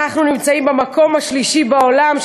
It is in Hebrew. אנחנו נמצאים במקום השלישי בעולם,